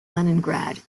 leningrad